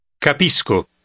Capisco